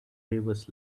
waivers